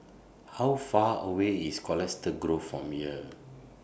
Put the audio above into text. How Far away IS Colchester Grove from here